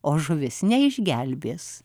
o žuvis neišgelbės